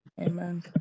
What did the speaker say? Amen